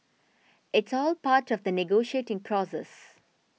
it's all part of the negotiating process